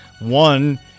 one